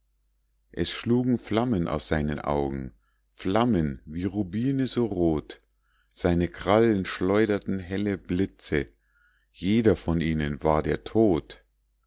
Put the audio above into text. es schlugen flammen aus seinen augen flammen wie rubine so rot seine krallen schleuderten helle blitze jeder von ihnen war der tod